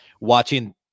watching